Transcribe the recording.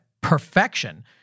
perfection